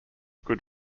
good